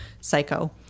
Psycho